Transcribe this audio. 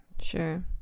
sure